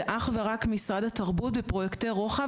זה אך ורק משרד התרבות ופרויקטים של רוחב